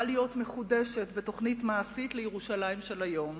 להיות מחודשת בתוכנית מעשית לירושלים של היום.